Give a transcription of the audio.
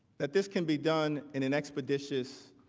that this can be done in an expeditious